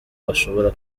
bashobora